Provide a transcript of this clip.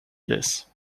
this